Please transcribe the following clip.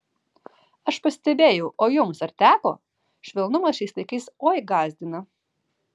aš pastebėjau o jums ar teko švelnumas šiais laikais oi gąsdina